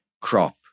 crop